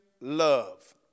love